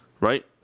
Right